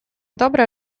dobre